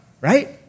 right